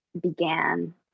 began